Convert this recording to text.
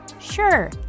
Sure